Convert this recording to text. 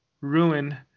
ruin